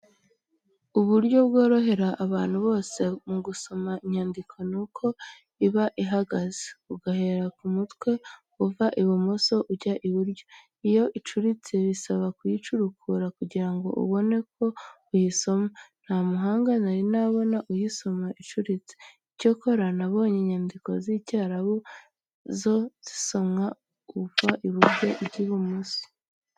Uburyo bworohera abantu bose mu gusoma inyandiko ni uko iba ihagaze, ugahera ku mutwe, uva ibumoso ujya iburyo. Iyo icuritse bisaba kuyicurukura kugira ngo ubone uko uyisoma. Nta muhanga nari nabona uyisomo icuritse. Icyokora nabonye inyandiko z'Icyarabu zo zisomwa uva iburyo ujya ibumoso.